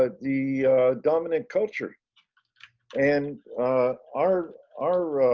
ah the dominant culture and our, our